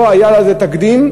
לא היה לזה תקדים,